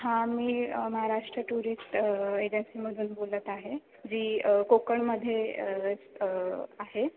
हां मी महाराष्ट्र टुरिस्ट एजन्सीमधून बोलत आहे जी कोकणमध्ये आहे